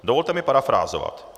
Dovolte mi parafrázovat.